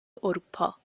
اروپا